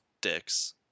dicks